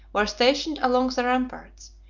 were stationed along the ramparts,